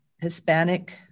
Hispanic